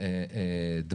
כן,